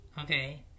okay